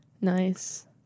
Nice